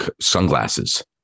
sunglasses